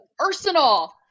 arsenal